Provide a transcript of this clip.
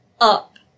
up